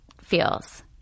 feels